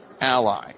ally